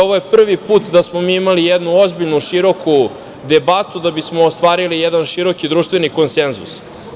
Ovo je prvi put da smo mi imali jednu ozbiljnu, široku debatu da bismo ostvarili jedan široki društveni konsenzus.